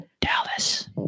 Dallas